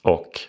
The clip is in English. Och